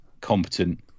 competent